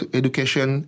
education